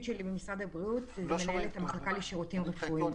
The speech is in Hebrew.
שלי במשרד הבריאות הוא מנהלת המחלקה לשירותים רפואיים.